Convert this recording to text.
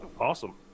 awesome